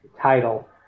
title